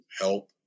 help